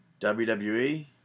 WWE